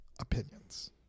opinions